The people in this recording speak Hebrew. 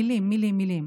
מילים מילים מילים.